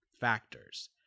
factors